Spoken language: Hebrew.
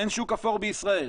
אין שוק אפור בישראל.